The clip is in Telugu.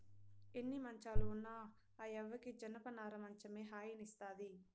ఎన్ని మంచాలు ఉన్న ఆ యవ్వకి జనపనార మంచమే హాయినిస్తాది